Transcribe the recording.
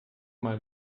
mal